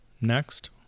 Next